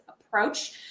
approach